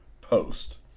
post